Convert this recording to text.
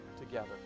together